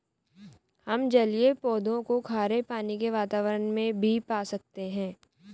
हम जलीय पौधों को खारे पानी के वातावरण में भी पा सकते हैं